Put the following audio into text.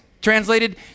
Translated